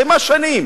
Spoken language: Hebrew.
התקיימה שנים.